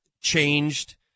changed